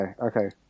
okay